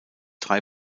drei